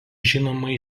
žinoma